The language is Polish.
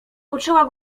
poczęła